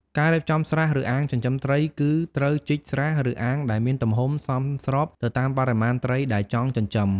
ការរៀបចំស្រះ ឬអាងចិញ្ចឹមត្រី គឺត្រូវជីកស្រះ ឬអាងដែលមានទំហំសមស្របទៅតាមបរិមាណត្រីដែលចង់ចិញ្ចឹម។